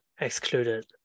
excluded